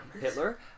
Hitler